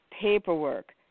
paperwork